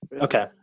Okay